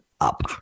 up